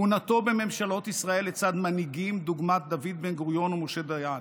כהונתו בממשלות ישראל לצד מנהיגים דוגמת דוד בן-גוריון ומשה דיין,